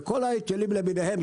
וכל ההיטלים למיניהם,